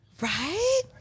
Right